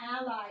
ally